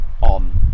on